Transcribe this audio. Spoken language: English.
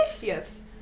Yes